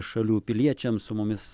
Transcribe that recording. šalių piliečiam su mumis